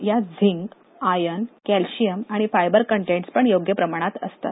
यात zinc iron calcium आणि fibre contents पण योग्य प्रमाणात असतात